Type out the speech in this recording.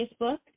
Facebook